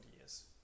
years